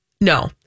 no